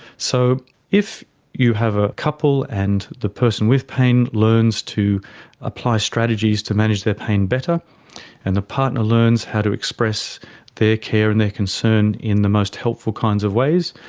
so if you have a couple and the person with pain learns to apply strategies to manage their pain better and the partner learns how to express their care and their concern in the most helpful kinds of ways,